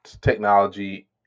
technology